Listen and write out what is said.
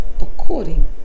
according